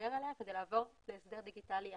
להתגבר עליה כדי לעבור להסדר דיגיטלי אחר.